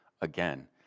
again